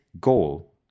goal